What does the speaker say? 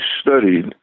studied